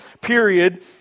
period